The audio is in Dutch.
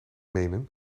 menen